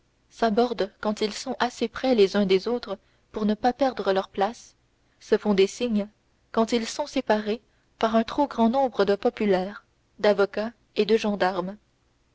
s'abordent quand ils sont assez près les uns des autres pour ne pas perdre leurs places se font des signes quand ils sont séparés par un trop grand nombre de populaire d'avocats et de gendarmes